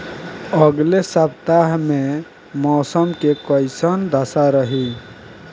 अलगे सपतआह में मौसम के कइसन दशा रही?